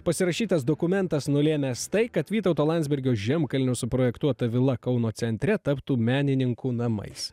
pasirašytas dokumentas nulėmęs tai kad vytauto landsbergio žemkalnio suprojektuota vila kauno centre taptų menininkų namais